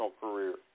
career